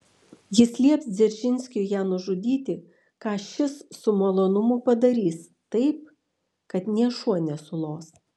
jis lieps dzeržinskiui ją nužudyti ką šis su malonumu padarys taip kad nė šuo nesulos